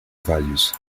values